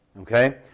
Okay